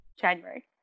January